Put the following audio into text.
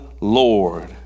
Lord